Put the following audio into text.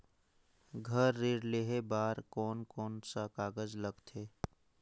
घर ऋण लेहे बार कोन कोन सा कागज लगथे?